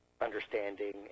understanding